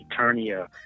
Eternia